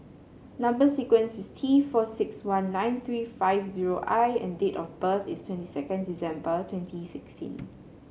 number sequence is T four six one nine three five zero I and date of birth is twenty second December twenty sixteen